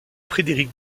frédéric